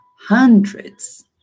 Hundreds